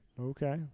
Okay